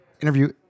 interview